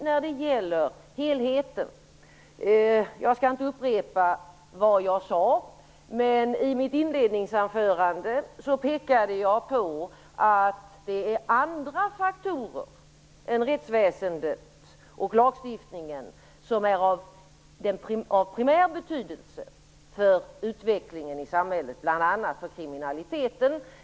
När det gäller helheten skall jag inte upprepa vad jag sade i mitt inledningsanförande, men jag pekade på att det är andra faktorer än rättsväsendet och lagstiftningen som är av primär betydelse för utvecklingen i samhället, bl.a. för kriminaliteten.